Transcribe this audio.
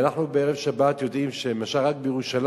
מינהלי, אז גם אותם נשחרר ברגע שהם ישבתו רעב?